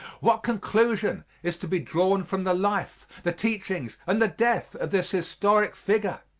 what conclusion is to be drawn from the life, the teachings and the death of this historic figure?